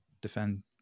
defend